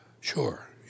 Sure